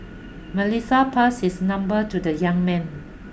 Melissa passed his number to the young man